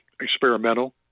experimental